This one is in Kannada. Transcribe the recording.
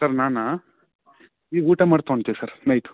ಸರ್ ನಾನು ಈಗ ಊಟ ಮಾಡಿ ತೊಗೊಂತೀವಿ ಸರ್ ನೈಟು